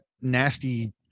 nasty